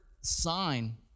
sign